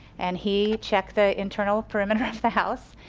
and he checked the internal perimeter of the house,